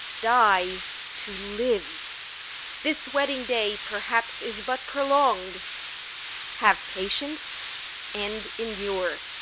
die to live this wedding day perhaps is but prolong'd have patience and endure.